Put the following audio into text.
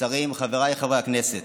השרים, חבריי חברי הכנסת,